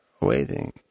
waiting